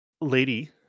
lady